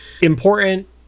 important